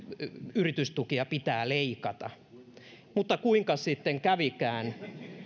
yritystukia pitää leikata mutta kuinkas sitten kävikään